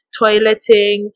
toileting